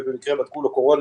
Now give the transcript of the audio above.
ובמקרה בדקו לו קורונה,